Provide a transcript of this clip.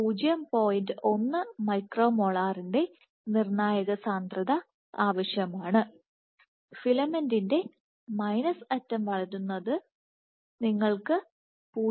1 മൈക്രോ മോളറിന്റെ നിർണായക സാന്ദ്രത ആവശ്യമാണ് ഫിലമെന്റ് മൈനസ് അറ്റം വളരുന്നതിന് നിങ്ങൾക്ക് 0